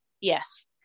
Yes